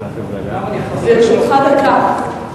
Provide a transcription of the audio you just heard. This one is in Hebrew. לרשותך דקה.